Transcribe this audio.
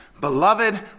beloved